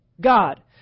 God